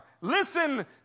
listen